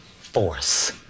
force